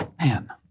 man